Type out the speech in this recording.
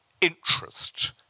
interest